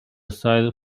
side